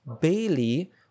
Bailey